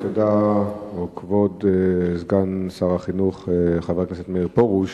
כבוד סגן שר החינוך מאיר פרוש,